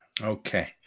Okay